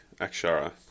Akshara